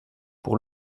pour